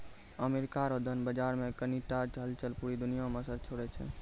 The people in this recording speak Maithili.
अमेरिका रो धन बाजार मे कनी टा हलचल पूरा दुनिया मे असर छोड़ै छै